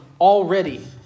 already